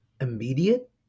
immediate